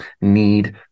need